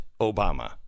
Obama